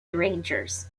rangers